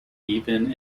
even